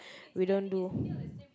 we don't do